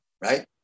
right